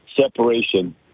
separation